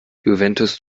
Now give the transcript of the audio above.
juventus